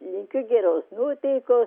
linkiu geros nuotaikos